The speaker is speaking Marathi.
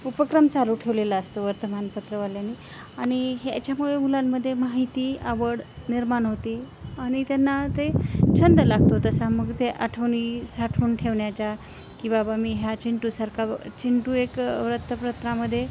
उपक्रम चालू ठेवलेला असतो वर्तमानपत्रवाल्यांनी आणि ह्याच्यामुळे मुलांमध्ये माहिती आवड निर्माण होती आणि त्यांना ते छंद लागतो तसा मग ते आठवणी साठवून ठेवण्याच्या की बाबा मी ह्या चिंटूसारखा चिंटू एक वृत्तपत्रामध्ये